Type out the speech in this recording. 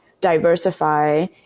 diversify